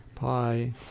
Bye